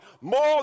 more